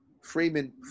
Freeman